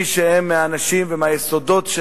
מי שהם מהאנשים ומהיסודות,